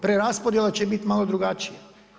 Preraspodjela će biti malo drugačija.